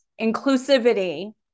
inclusivity